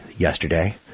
Yesterday